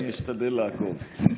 אני אשתדל לעקוב.